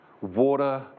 water